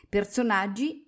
Personaggi